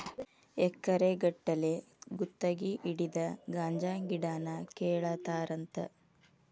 ಎಕರೆ ಗಟ್ಟಲೆ ಗುತಗಿ ಹಿಡದ ಗಾಂಜಾ ಗಿಡಾನ ಕೇಳತಾರಂತ